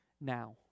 now